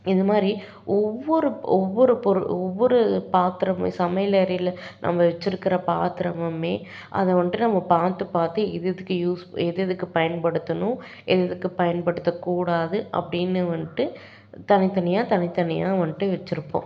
இதுமாதிரி ஒவ்வொரு ஒவ்வொரு பொருள் ஒவ்வொரு பாத்திரமே சமையல் அறையில் நம்ம வெச்சுருக்கற பாத்திரமுமே அதை வந்துட்டு நம்ம பார்த்து பார்த்து இது இதுக்கு யூஸ் எது எதுக்கு பயன்படுத்தணும் எது எதுக்கு பயன்படுத்தக்கூடாது அப்படின்னு வந்துட்டு தனி தனியாக தனி தனியாக வந்துட்டு வெச்சுருப்போம்